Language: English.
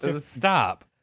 stop